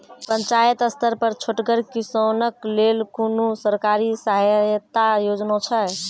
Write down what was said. पंचायत स्तर पर छोटगर किसानक लेल कुनू सरकारी सहायता योजना छै?